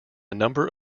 number